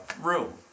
room